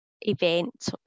event